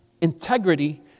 Integrity